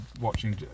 watching